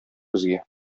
безгә